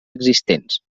existents